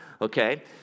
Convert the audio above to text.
okay